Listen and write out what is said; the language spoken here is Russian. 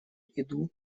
иду